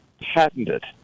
patented